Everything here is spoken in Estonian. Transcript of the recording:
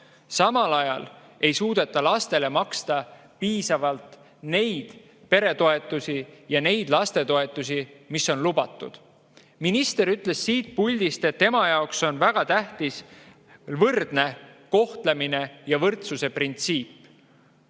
Samal ajal ei suudeta lastele maksta piisavalt neid peretoetusi ja neid lastetoetusi, mis on lubatud. Minister ütles siit puldist, et tema jaoks on väga tähtis võrdne kohtlemine ja võrdsuse printsiip.